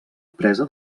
presa